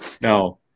No